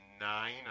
nine